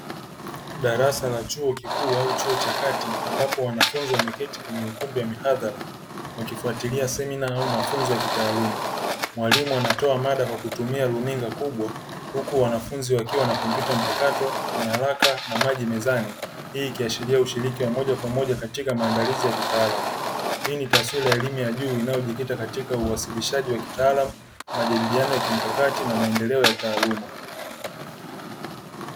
Darasa la chuo kikuu au chuo cha kati ambapo wanafunzi wameketi kwenye ukumbi wa midhara wakifuatilia semina au mafunzo ya kitaaluma. Mwalimu anatoa mada kwa kutumia luninga kubwa huku wanafunzi wakiwa na kompyuta mpakato, nyaraka na maji mezani. Hii ikiashiria ushiriki wa moja kwa moja katika maandalizi ya kitaaluma, hii ni taswira ya elimu ya juu inayojikita katika uwasilishaji wa kitaaluma majadiliano ya kimkakati na maendeleo ya taaluma.